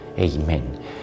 Amen